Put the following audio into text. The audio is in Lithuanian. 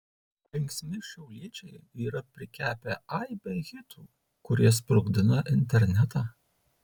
linksmi šiauliečiai yra prikepę aibę hitų kurie sprogdina internetą